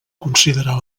considerar